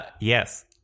Yes